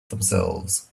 themselves